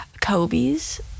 Kobe's